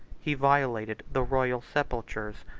he violated the royal sepulchres,